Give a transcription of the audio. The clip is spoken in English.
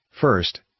First